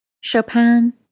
Chopin